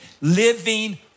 living